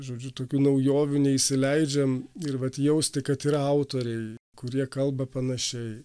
žodžiu tokių naujovių neįsileidžiam ir vat jausti kad yra autoriai kurie kalba panašiai